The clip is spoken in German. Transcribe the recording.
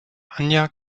anja